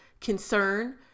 concern